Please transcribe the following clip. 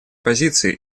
позиции